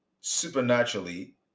supernaturally